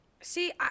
See